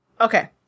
Okay